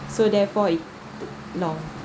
so therefore no